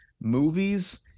movies